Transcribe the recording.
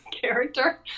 character